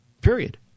Period